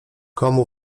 komu